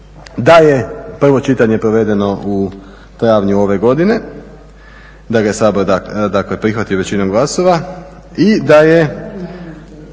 Da je prvo čitanje provedeno u travnju ove godine, da ga je Sabor, dakle prihvatio većinom glasova i da su,